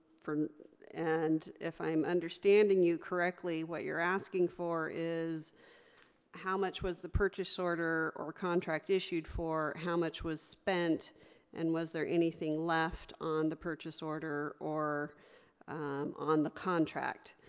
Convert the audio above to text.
and if i'm understanding you correctly what you're asking for is how much was the purchase order or contract issued for, how much was spent and was there anything left on the purchase order or on the contract.